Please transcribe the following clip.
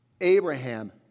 Abraham